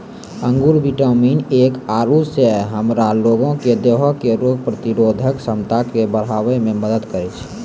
अंगूर vitamin A आरु C से हमरा लोगो के देहो के रोग प्रतिरोधक क्षमता के बढ़ाबै मे मदत करै छै